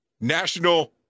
National